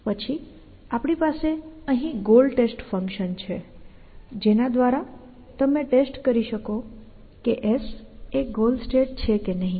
પછી આપણી પાસે અહીં ગોલ ટેસ્ટ ફંક્શન છે જેના દ્વારા તમે ટેસ્ટ કરી શકો કે S એ ગોલ સ્ટેટ છે કે નહીં